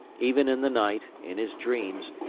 even in the night, in his dreams,